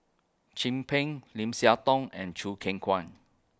Chin Peng Lim Siah Tong and Choo Keng Kwang